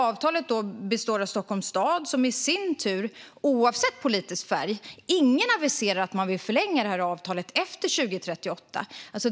Ingen i Stockholms stad, oavsett politisk färg, aviserar att man vill förlänga detta avtal efter 2038.